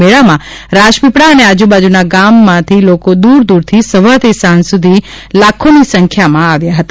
અને મેળામાં રાજપીપળા અને આજુબાજુના ગામમાં લોકો દૂર દૂરથી સવારથી સાંજ સુધી લાખોની સંખ્યામાં આવ્યા હતા